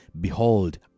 behold